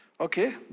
Okay